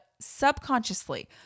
subconsciously